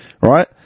Right